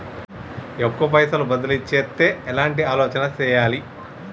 ఎక్కువ పైసలు బదిలీ చేత్తే ఎట్లాంటి ఆలోచన సేయాలి?